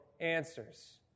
answers